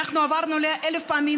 איציק, בוא נעשה הצבעה.